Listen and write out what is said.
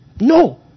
No